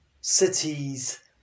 cities